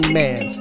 man